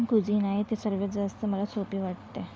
कुझिन आहे ते सर्वात जास्त मला सोपे वाटते